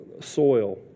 soil